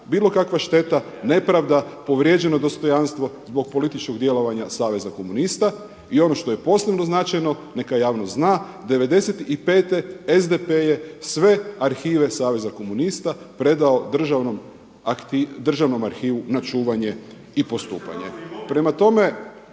bilo kakva šteta, nepravda, povrijeđeno dostojanstvo zbog političkog djelovanja Saveza komunista i ono što je posebno značajno, neka javnost zna, '95. SDP je sve arhive Saveza komunista predao Državnom arhivu na čuvanje i postupanje. Prema tome,